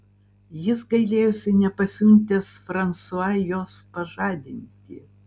jis gailėjosi nepasiuntęs fransua jos pažadinti